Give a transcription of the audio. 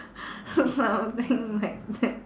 so something like that